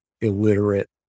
illiterate